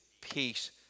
Peace